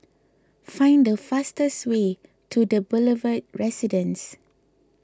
find the fastest way to the Boulevard Residence